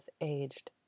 aged